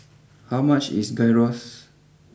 how much is Gyros